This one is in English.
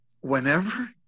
whenever